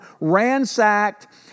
ransacked